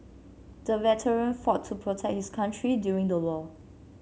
the veteran fought to protect his country during the war